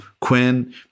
Quinn